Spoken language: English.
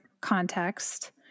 context